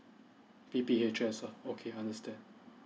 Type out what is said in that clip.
P P H S lah okay understand